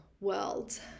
world